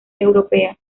europea